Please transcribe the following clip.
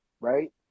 right